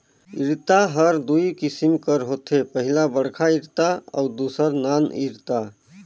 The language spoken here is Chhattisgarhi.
इरता हर दूई किसिम कर होथे पहिला बड़खा इरता अउ दूसर नान इरता